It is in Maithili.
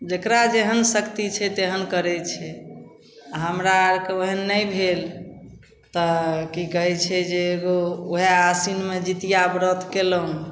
जकरा जहन शक्ति छै तहन करै छै आओर हमरा आरके ओहन नहि भेल तऽ कि कहै छै जे एगो वएह आसिनमे जितिआ व्रत कएलहुँ